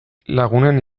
lagunen